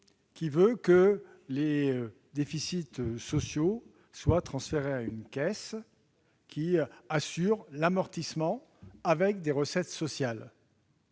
qui veut que les déficits sociaux soient transférés à une caisse qui en assure l'amortissement avec des recettes sociales.